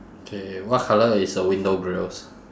K what colour is the window grills